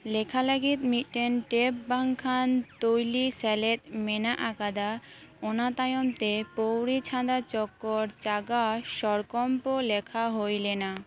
ᱞᱮᱠᱷᱟ ᱞᱟᱹᱜᱤᱫ ᱢᱤᱫᱴᱮᱱ ᱴᱮᱯ ᱵᱟᱝᱠᱷᱟᱱ ᱛᱳᱭᱞᱤ ᱥᱮᱞᱮᱫ ᱢᱮᱱᱟᱜ ᱟᱠᱟᱫᱟ ᱚᱱᱟ ᱛᱟᱭᱚᱢᱛᱮ ᱯᱩᱣᱨᱤ ᱪᱷᱟᱸᱫᱟ ᱪᱚᱠᱠᱚᱨ ᱪᱟᱸᱜᱟ ᱥᱚᱨᱠᱚᱢᱯᱚ ᱞᱮᱠᱷᱟ ᱦᱳᱭ ᱞᱮᱱᱟ